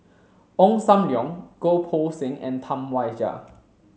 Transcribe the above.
Ong Sam Leong Goh Poh Seng and Tam Wai Jia